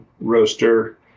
roaster